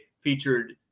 featured